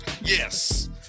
Yes